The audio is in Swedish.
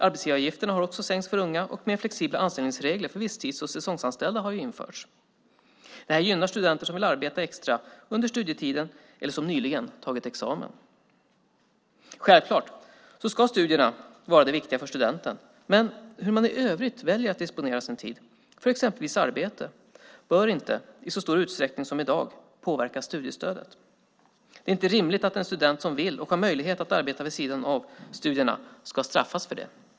Arbetsgivaravgifterna har också sänkts för unga och mer flexibla anställningsregler för visstids och säsongsanställda har införts. Det här gynnar studenter som vill arbeta extra under studietiden eller som nyligen tagit examen. Självklart ska studierna vara det viktiga för studenten, men hur man i övrigt väljer att disponera sin tid, för exempelvis arbete, bör inte i så stor utsträckning som i dag påverka studiestödet. Det är inte rimligt att en student som vill och har möjlighet att arbeta vid sidan av studierna ska straffas för detta.